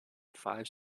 five